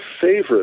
favorite